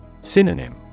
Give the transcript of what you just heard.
Synonym